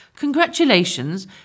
Congratulations